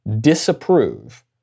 disapprove